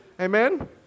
Amen